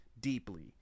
deeply